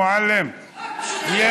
חברת הכנסת מועלם, לא.